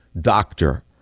doctor